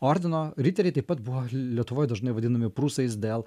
ordino riteriai taip pat buvo lietuvoj dažnai vadinami prūsais dėl